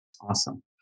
Awesome